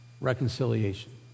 reconciliation